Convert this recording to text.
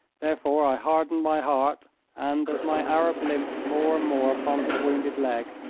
therefore i hardened my heart and, as my arab limped more and more upon his wounded leg,